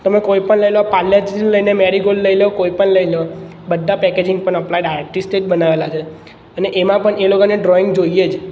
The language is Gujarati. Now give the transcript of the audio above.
તમે કોઈ પણ લઈ લો પારલેજીથી લઈને મેરી ગોલ્ડ લઈ લો કોઈપણ લઈ લો બધા પેકેજિંગ અપલાય આર્ટિસ્ટે જ બનાવેલા છે અને એમાં પણ એ લોકોને ડ્રોઈંગ જોઈએ જ